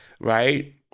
right